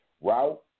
route